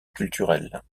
culturelle